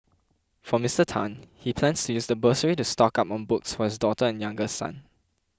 for Mister Tan he plans to use the bursary to stock up on books for his daughter and younger son